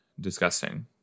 disgusting